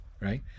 right